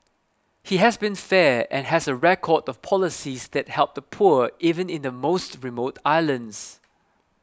he has been fair and has a record of policies that help the poor even in the most remote islands